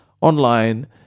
online